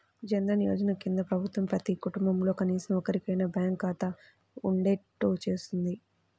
జన్ ధన్ యోజన కింద ప్రభుత్వం ప్రతి కుటుంబంలో కనీసం ఒక్కరికైనా బ్యాంకు ఖాతా ఉండేట్టు చూసింది